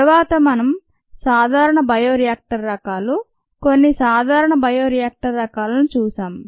తరువాత మనం సాధారణ బయో రియాక్టర్ రకాలు కొన్ని సాధారణ బయోరియాక్టర్ రకాలను చూసాం